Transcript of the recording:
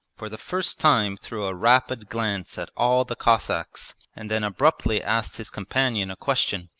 for the first time threw a rapid glance at all the cossacks and then abruptly asked his companion a question.